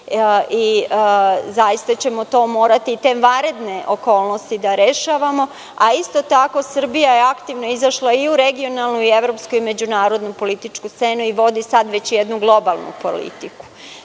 i zaista ćemo morati te vanredne okolnosti da rešavamo, a isto tako Srbija je aktivno izašla i u regionalnu i evropsku i međunarodnu političku scenu i vodi sada već jednu globalnu politiku. Dakle,